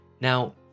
now